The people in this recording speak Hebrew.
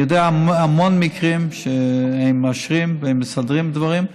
אני יודע על המון מקרים שהם מאשרים ומסדרים דברים.